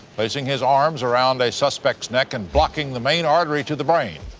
placing his arms around a suspect's neck and blocking the main artery to the brain.